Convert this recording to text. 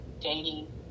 dating